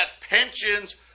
pensions